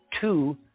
two